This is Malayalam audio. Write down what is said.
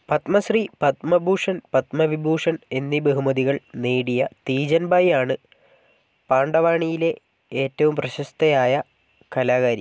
പത്മശ്രീ പത്മഭൂഷൺ പത്മവിഭൂഷൺ എന്നീ ബഹുമതികൾ നേടിയ തീജൻ ബായി ആണ് പാണ്ഡവാണിയിലെ ഏറ്റവും പ്രശസ്തയായ കലാകാരി